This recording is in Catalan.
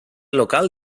local